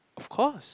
of course